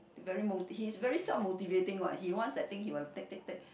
very moti~ he's very self motivating one he wants that thing he will take take take